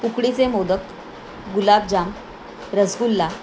उकडीचे मोदक गुलाबजाम रसगुल्ला